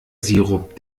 sirup